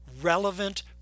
relevant